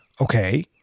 Okay